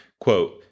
quote